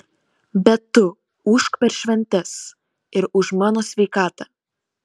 bet tu ūžk per šventes ir už mano sveikatą